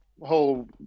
whole